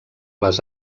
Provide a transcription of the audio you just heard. les